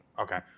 Okay